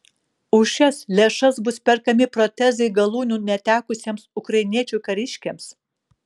už šias lėšas bus perkami protezai galūnių netekusiems ukrainiečių kariškiams